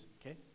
okay